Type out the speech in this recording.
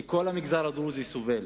כי כל המגזר הדרוזי סובל,